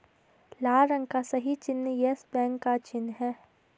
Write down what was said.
लाल रंग का सही चिन्ह यस बैंक का चिन्ह है